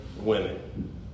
women